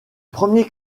premiers